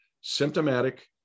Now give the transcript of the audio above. symptomatic